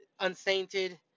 Unsainted